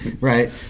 right